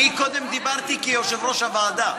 אני קודם דיברתי כיושב-ראש הוועדה.